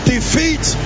Defeat